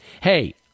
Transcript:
Hey